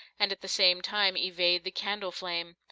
and at the same time evade the candle flame.